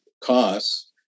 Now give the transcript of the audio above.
costs